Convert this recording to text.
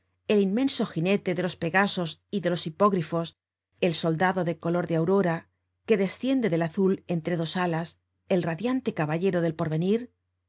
el inmenso ginete de los pegasos y de los higógrifos el soldado de color de aurora que desciende del azul entre dos alas el radiante caballero del porvenir